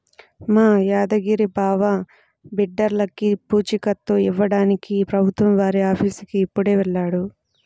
మా యాదగిరి బావ బిడ్డర్లకి పూచీకత్తు ఇవ్వడానికి ప్రభుత్వం వారి ఆఫీసుకి ఇప్పుడే వెళ్ళాడు